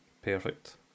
Perfect